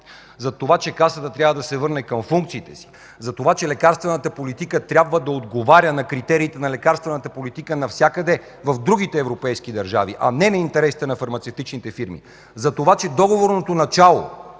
не плаща, че Касата трябва да се върне към функциите си, че лекарствената политика трябва да отговаря на критериите за лекарствена политика навсякъде в другите европейските държави, а не на интересите на фармацевтичните фирми, че договорното начало